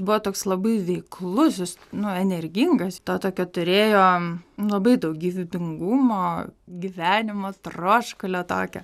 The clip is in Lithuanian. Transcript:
buvo toks labai veiklus jis nu energingas to tokio turėjo nu labai daug gyvybingumo gyvenimo troškulio tokio